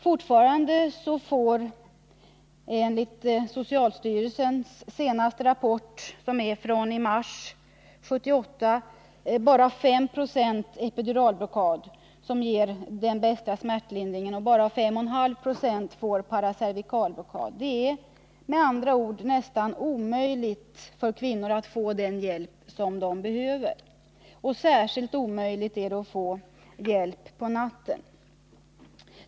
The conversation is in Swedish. Fortfarande får, enligt socialstyrelsens senaste rapport, från mars 1978, bara 5 96 epiduralblockad, som ger den bättre smärtlindringen, och bara 5,5 96 får paracervikalblockad. Det är med andra ord nästan omöjligt för kvinnor att få den hjälp de behöver. Särskilt omöjligt är det att få hjälp på natten.